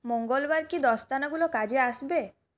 মঙ্গলবার কি দস্তানাগুলো কাজে আসবে